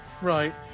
Right